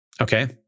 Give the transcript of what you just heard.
okay